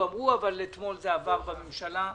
את הרשימה,